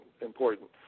important